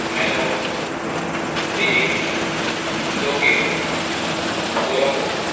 Melbourne Beijing Tokyo Colombo